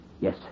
Yes